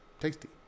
tasty